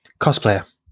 Cosplayer